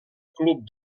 club